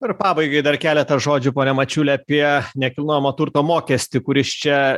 ir pabaigai dar keletą žodžių pone mačiuli apie nekilnojamo turto mokestį kuris čia